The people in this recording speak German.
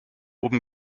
oben